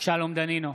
שלום דנינו,